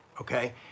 Okay